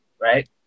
Right